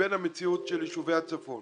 ובין המציאות של יישובי הצפון.